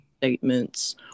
statements